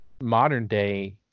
modern-day